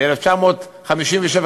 ב-1957,